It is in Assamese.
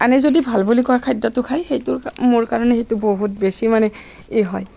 আনে যদি ভাল বুলি কয় খাদ্যটো খাই সেইটো কাৰণে মোৰ কাৰণে বহুত বেছি মানে এই হয়